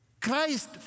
Christ